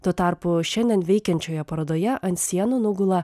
tuo tarpu šiandien veikiančioje parodoje ant sienų nugula